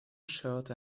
shirt